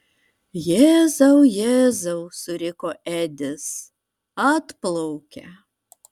jėzau jėzau suriko edis atplaukia